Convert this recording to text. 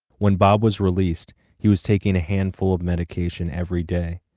when bob was released he was taking a handful of medication every day.